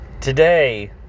Today